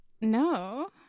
No